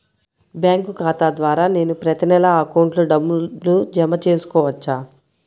Bank ఖాతా ద్వారా నేను ప్రతి నెల అకౌంట్లో డబ్బులు జమ చేసుకోవచ్చా?